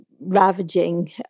ravaging